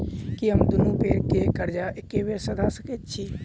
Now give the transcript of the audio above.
की हम दुनू बेर केँ कर्जा एके बेर सधा सकैत छी?